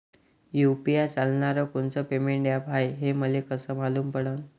UPI चालणारं कोनचं payment app हाय, हे मले कस मालूम पडन?